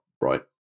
right